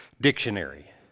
Dictionary